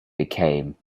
became